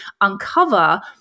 uncover